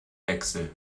wechsel